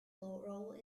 role